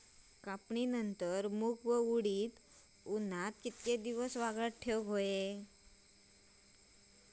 कापणीनंतर मूग व उडीद उन्हात कितके दिवस वाळवत ठेवूक व्हये?